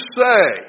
say